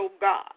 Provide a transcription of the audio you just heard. God